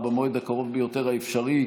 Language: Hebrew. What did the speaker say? או במועד הקרוב ביותר האפשרי,